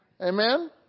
Amen